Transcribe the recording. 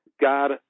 god